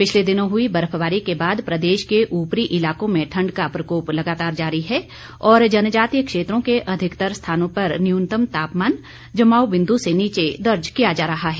पिछले दिनों हुई बर्फबारी के बाद प्रदेश के उपरी इलाकों में ठंड का प्रकोप लगातार जारी है और जनजातीय क्षेत्रों के अधिकतर स्थानों पर न्यूनतम तापमान जमाव बिंदू से नीचे दर्ज किया जा रहा है